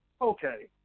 okay